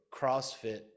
CrossFit